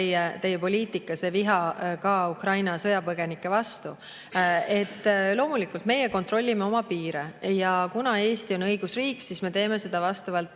teie poliitika, see viha ka Ukraina sõjapõgenike vastu. Loomulikult, meie kontrollime oma piire ja kuna Eesti on õigusriik, siis me teeme seda vastavalt